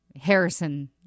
Harrison